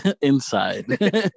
inside